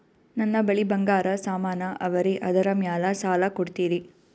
ನನ್ನ ಬಳಿ ಬಂಗಾರ ಸಾಮಾನ ಅವರಿ ಅದರ ಮ್ಯಾಲ ಸಾಲ ಕೊಡ್ತೀರಿ?